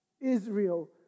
Israel